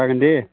जागोन दे